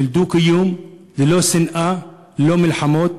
של דו-קיום, ללא שנאה, ללא מלחמות.